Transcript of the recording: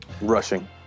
Rushing